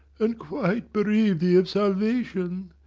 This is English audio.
and quite bereave thee of salvation!